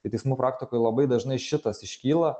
i teismų praktikoj labai dažnai šitas iškyla